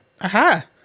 aha